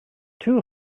two